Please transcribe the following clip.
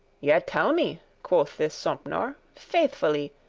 yet tell me, quoth this sompnour, faithfully,